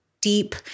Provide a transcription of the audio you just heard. deep